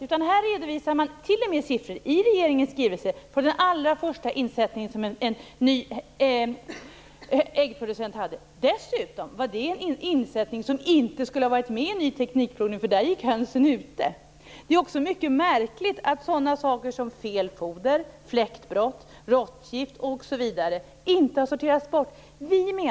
I regeringens skrivelse redovisar man t.o.m. siffror från den allra första insättningen som en ny äggproducent hade. Dessutom var det en insättning som inte skulle ha varit med i en ny teknikprovning, eftersom hönsen gick ute. Det är också mycket märkligt att sådana saker som fel foder, fläktbrott och råttgift inte har sorterats bort.